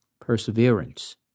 perseverance